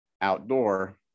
outdoor